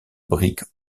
briques